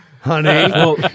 honey